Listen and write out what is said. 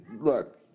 Look